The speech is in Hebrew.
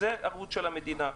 זו ערבות של המדינה.